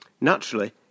Naturally